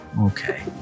Okay